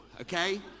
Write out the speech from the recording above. okay